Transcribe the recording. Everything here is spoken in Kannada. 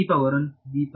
ವಿದ್ಯಾರ್ಥಿ